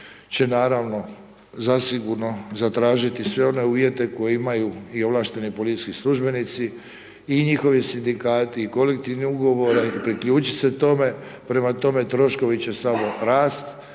će naravno zasigurno zatražiti sve one uvjete koji imaju i ovlašteni policijski službenici i njihovi sindikati i kolektivni ugovori i priključiti se tome, prema tome, troškovi će samo rasti,